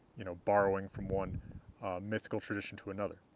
you know, borrowing from one mythical tradition to another.